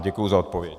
Děkuji za odpověď.